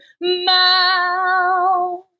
mouth